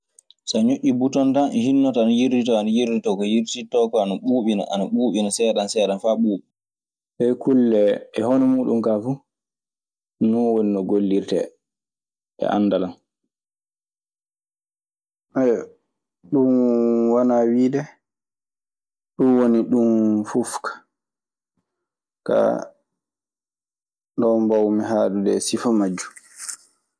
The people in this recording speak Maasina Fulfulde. So a ñoƴƴi buton tan hinnoto ana yirditoo. Ana yirditoo ko yirditittoo ko ana ɓuuɓina, ana ɓuuɓina seeɗan seeɗan faa ɓuuɓa. Ɗe kulle e hono muuɗun kaa fuu, non woni no gollirtee e anndal an. Ɗun wanaa wiide ɗun woni ɗun fuf ka. Kaa ɗun mbawmi haalde e sifa majjun.